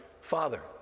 father